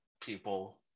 people